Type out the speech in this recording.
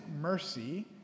mercy